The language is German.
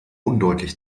undeutlich